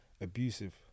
abusive